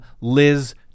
Liz